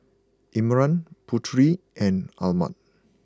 Imran Putri and Ahmad